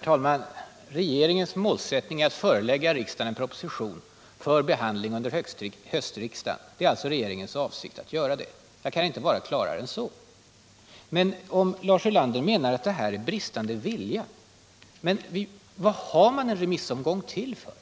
Herr talman! Regeringens målsättning är att förelägga riksdagen en proposition för behandling under höstriksdagen. Det är alltså regeringens avsikt att göra det. Jag kan inte vara klarare än så. Men om Lars Ulander menar att det är bristande vilja från vår sida, undrar jag: Vad är då en remissomgång till för? När